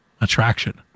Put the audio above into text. attraction